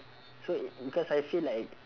so it because I feel like